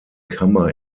kammer